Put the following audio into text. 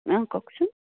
অঁ কওকচোন